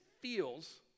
feels